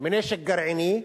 מנשק גרעיני.